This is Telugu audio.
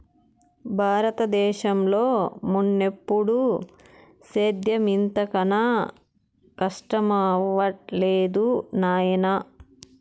బారత దేశంలో మున్నెప్పుడూ సేద్యం ఇంత కనా కస్టమవ్వలేదు నాయనా